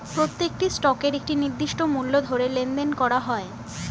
প্রত্যেকটি স্টকের একটি নির্দিষ্ট মূল্য ধরে লেনদেন করা হয়